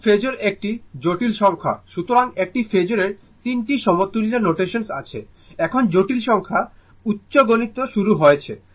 এখন ফেজোর একটি জটিল সংখ্যা সুতরাং একটি ফেজোরের 3টি সমতুল্য নোটেশন্স আছে এখন জটিল সংখ্যা উচ্চ দেখুন সময় 2130 গণিতে শুরু হয়েছে